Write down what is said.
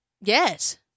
Yes